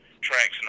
tracks